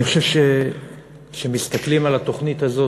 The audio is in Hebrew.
אני חושב שכשמסתכלים על התוכנית הזאת,